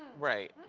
right.